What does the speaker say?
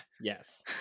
Yes